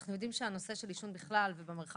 אנחנו יודעים שהנושא של עישון בכלל ובמרחב